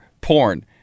porn